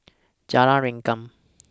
Jalan Rengkam